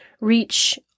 reach